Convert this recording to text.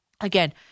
again